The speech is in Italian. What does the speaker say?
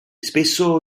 spesso